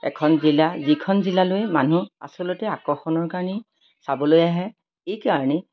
এখন জিলা যিখন জিলালৈ মানুহ আচলতে আকৰ্ষণৰ কাৰণেই চাবলৈ আহে এই কাৰণেই